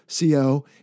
CO